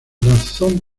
razón